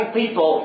people